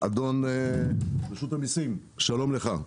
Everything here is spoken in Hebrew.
אדון רשות המיסים, שלום לך,